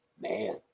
Man